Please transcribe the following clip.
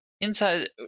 inside